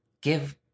give